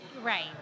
Right